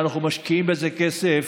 ואנחנו משקיעים בזה כסף,